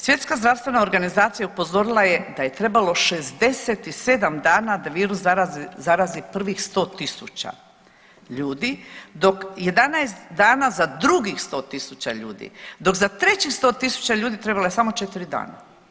Svjetska zdravstvena organizacija upozorila je da je trebalo 67 dana da virus zarazi prvih 100 tisuća ljudi dok 11 dana za drugih 100 tisuća ljudi, dok za trećih 100 tisuća ljudi trebalo je samo 4 dana.